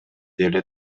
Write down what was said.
деле